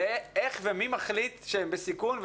ומי מחליט שהם בסיכון,